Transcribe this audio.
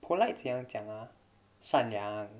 polite 怎样讲 ah 善良